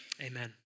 Amen